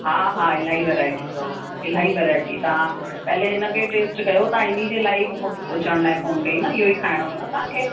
हा हा इलाही वैराइटियूं अथव इलाही वैराइटियूं तव्हां पहिरीं इनके टेस्ट कयो तव्हां इनजे लाई मूंखे पुछण लाइ फ़ोन कयी न इहेई खाइणो हो न तव्हांखे